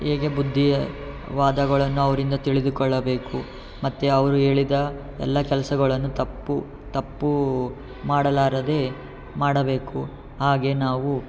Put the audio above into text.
ಹೇಗೆ ಬುದ್ಧಿ ವಾದಗಳನ್ನು ಅವರಿಂದ ತಿಳಿದುಕೊಳ್ಳಬೇಕು ಮತ್ತು ಅವರು ಹೇಳಿದ ಎಲ್ಲ ಕೆಲಸಗಳನ್ನು ತಪ್ಪು ತಪ್ಪು ಮಾಡಲಾರದೆ ಮಾಡಬೇಕು ಹಾಗೆ ನಾವು